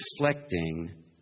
reflecting